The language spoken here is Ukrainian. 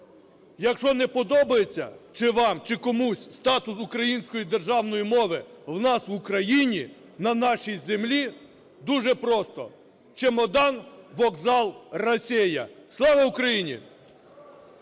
Якщо не подобається чи вам, чи комусь статус української державної мови в нас в Україні, на нашій землі, дуже просто: чемодан – вокзал – Росія! Слава Україні!